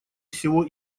всего